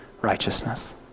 righteousness